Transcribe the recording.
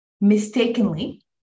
mistakenly